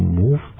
move